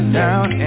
down